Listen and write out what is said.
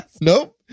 Nope